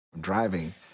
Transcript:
Driving